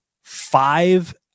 five